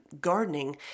gardening